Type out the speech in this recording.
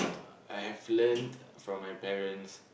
I have learnt from my parents